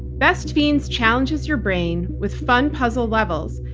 best fiends challenges your brain with fun puzzle levels,